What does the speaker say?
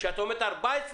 כשאת אומרת 14,